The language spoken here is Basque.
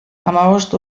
hamabost